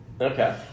Okay